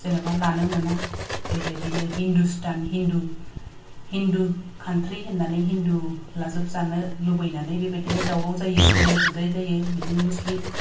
जेनेबा लानो मोना बेबायदिनो हिन्दुस्तान हिन्दु हिन्दु काउन्ट्रि होननानै हिन्दु लाजोबजानो लुबैनानै बेबायदिनो दावराव जायो गुलाय गुजाय जायो बिदिनो मुस्लिम